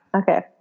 okay